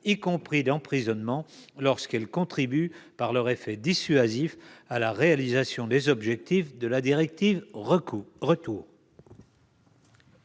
y compris d'emprisonnement, lorsqu'elles contribuent par leur effet dissuasif à la réalisation des objectifs de la directive Retour.